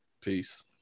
Peace